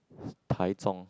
Taichung